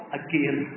again